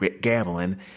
gambling